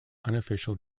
unofficial